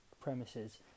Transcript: premises